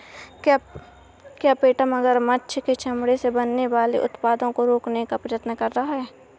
क्या पेटा मगरमच्छ के चमड़े से बनने वाले उत्पादों को रोकने का प्रयत्न कर रहा है?